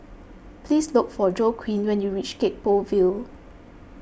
please look for Joaquin when you reach Gek Poh Ville